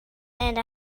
and